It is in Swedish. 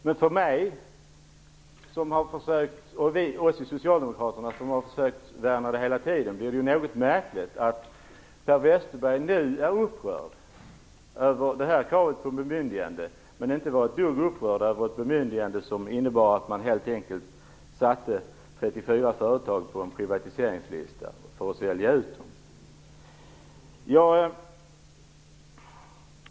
Men för mig och för oss socialdemokrater, som har försökt att värna det hela tiden, är det något märkligt att Per Westerberg nu är upprörd över kravet på bemyndigande men tidigare inte var ett dugg upprörd över ett bemyndigande som innebar att man helt enkelt satte 34 företag på en privatiseringslista för att sälja ut dem.